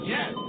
Yes